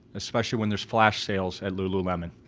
especially when there's flash sales at lululemon.